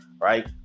right